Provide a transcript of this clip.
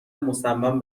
مصمم